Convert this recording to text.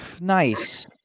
nice